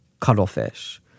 cuttlefish